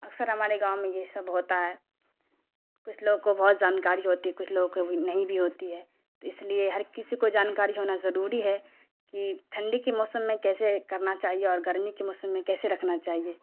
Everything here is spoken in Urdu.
اکثر ہمارے گاؤں میں یہ سب ہوتا ہے کچھ لوگوں کو بہت جانکاری ہوتی کچھ لوگوں کو نہیں بھی ہوتی ہے تو اس لیے ہر کسی کو جانکاری ہونا ضروری ہے کہ ٹھنڈی کے موسم میں کیسے کرنا چاہیے اور گرمی کے موسم میں کیسے رکھنا چاہیے